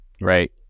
right